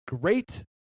great